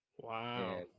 Wow